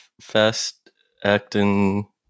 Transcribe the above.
fast-acting